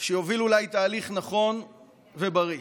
שיוביל אולי תהליך נכון ובריא.